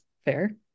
fair